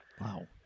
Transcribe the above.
Wow